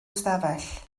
ystafell